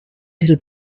little